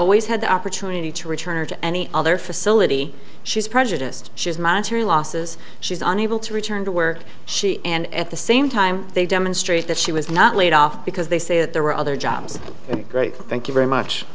always had the opportunity to return or to any other facility she's prejudiced she's monetary losses she's unable to return to work she and at the same time they demonstrate that she was not laid off because they say that there were other jobs great thank you very much